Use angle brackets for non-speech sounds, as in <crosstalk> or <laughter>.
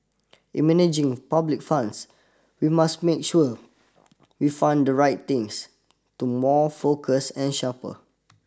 in managing public funds we must make sure <noise> we fund the right things to more focused and sharper